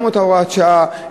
גם את הוראת השעה,